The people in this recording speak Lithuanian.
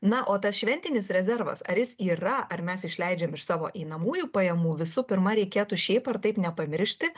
na o tas šventinis rezervas ar jis yra ar mes išleidžiam iš savo einamųjų pajamų visų pirma reikėtų šiaip ar taip nepamiršti